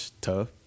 Tough